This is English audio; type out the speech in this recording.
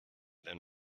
then